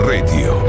Radio